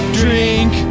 drink